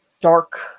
dark